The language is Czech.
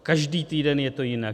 Každý týden je to jinak.